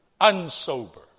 Unsober